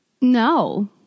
No